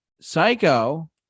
psycho